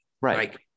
Right